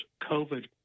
COVID